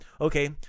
okay